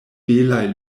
belaj